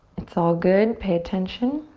it's all good. pay attention.